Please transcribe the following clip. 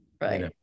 Right